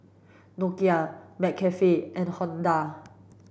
Nokia McCafe and Honda